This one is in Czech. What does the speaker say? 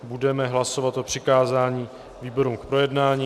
Budeme hlasovat o přikázání výborům k projednání.